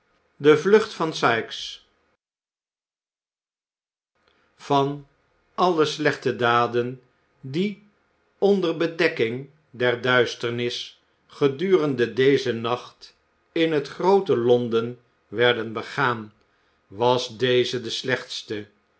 de vlucht van sikes van alle slechte daden die onder bedekking der duisternis gedurende dezen nacht in het groote londen werden begaan was deze de slechtste